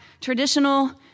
traditional